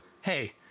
hey